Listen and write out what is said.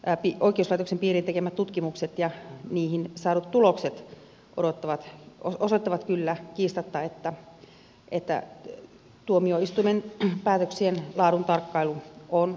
ylen viime vuonna oikeuslaitoksen piiriin tekemät tutkimukset ja niistä saadut tulokset osoittavat kyllä kiistatta että tuomioistuimen päätöksien laaduntarkkailu on aiheellista